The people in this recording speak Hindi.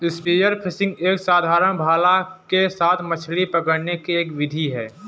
स्पीयर फिशिंग एक साधारण भाला के साथ मछली पकड़ने की एक विधि है